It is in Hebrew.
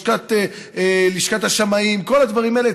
לשכת השמאים וכל הדברים האלה,